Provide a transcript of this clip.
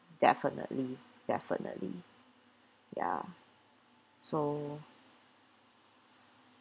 definitely definitely ya so